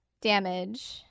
damage